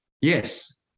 Yes